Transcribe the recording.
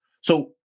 So-